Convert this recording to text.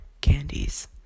candies